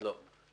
לא.